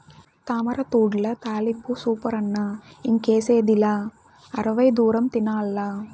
తామరతూడ్ల తాలింపు సూపరన్న ఇంకేసిదిలా అరవై దూరం తినాల్ల